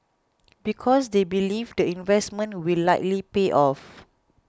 because they believe the investment will likely pay off